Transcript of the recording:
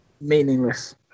Meaningless